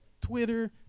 Twitter